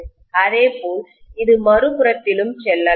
அதே போல் அது மறுபுறத்திலும் செல்லலாம்